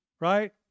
right